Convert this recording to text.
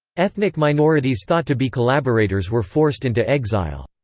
ethnic minorities thought to be collaborators were forced into exile.